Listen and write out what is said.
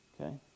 Okay